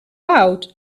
out